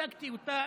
הצגתי אותה